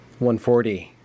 140